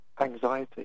anxiety